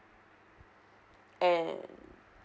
and